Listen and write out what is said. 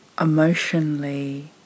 Emotionally